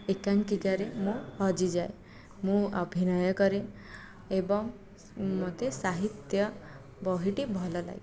ଏକାକିଙ୍କାରେ ମୁଁ ହଜିଯାଏ ମୁଁ ଅଭିନୟ କରେ ଏବଂ ମୋତେ ସାହିତ୍ୟ ବହିଟି ଭଲଲାଗେ